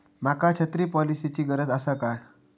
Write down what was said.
माका छत्री पॉलिसिची गरज आसा काय?